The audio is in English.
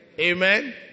amen